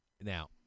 now